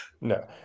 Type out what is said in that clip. No